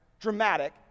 dramatic